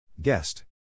Guest